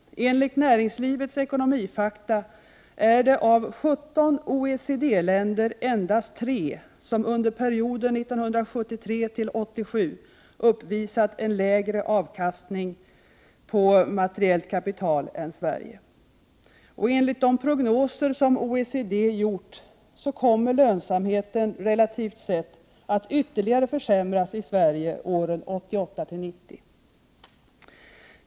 Enligt Näringslivets ekonomifakta är det endast 3 av 17 OECD-länder som under perioden 1973-1987 har uppvisat en lägre avkastning på materiellt kaptial än Sverige. Enligt OECD:s prognoser kommer lönsamheten -— relativt sett — att ytterligare försämras i Sverige åren 1988-1990.